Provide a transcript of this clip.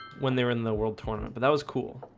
when they were in the world tournament, but that was cool